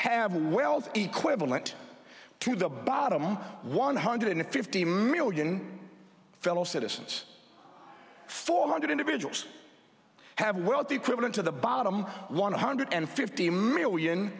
have wealth equal it to the bottom one hundred and fifty million fellow citizens four hundred individuals have wealth equivalent to the bottom one hundred and fifty million